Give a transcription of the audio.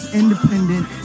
independent